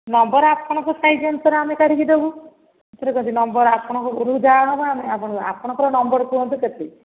number ଆପଣଙ୍କ size ଅନୁସାରେ ଆମେ କାଢ଼ିକି ଦେବୁ ସେଥିରୁ କ'ଣ ଅଛି ଆପଣଙ୍କ ଗୋଡ଼କୁ ଯାହା ହେବ ଆମେ ଆପଣଙ୍କୁ ଆପଣଙ୍କ ନମ୍ବର୍ ନମ୍ବର୍ କୁହନ୍ତୁ କେତେ